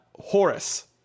Horace